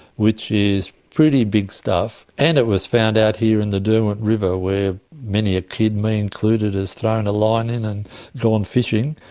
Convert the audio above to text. which is pretty big stuff. and it was found out here in the derwent river where many a kid, me included, has thrown a line in and gone fishing.